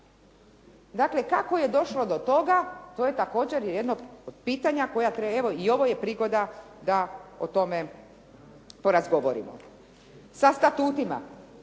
Dakle, kako je došlo do toga to je također jedno od pitanja, i evo ovo je prigoda da o tome porazgovorimo. Sa statutima